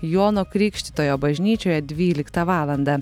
jono krikštytojo bažnyčioje dvyliktą valandą